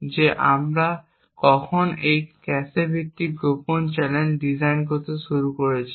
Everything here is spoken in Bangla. যে আমরা কখন একটি ক্যাশে ভিত্তিক গোপন চ্যানেল ডিজাইন করতে শুরু করছি